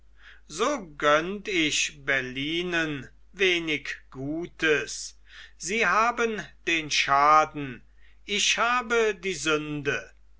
so gönnt ich bellynen wenig gutes sie haben den schaden ich habe die sünde